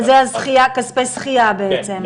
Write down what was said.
אבל זה כספי הזכייה בעצם.